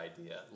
idea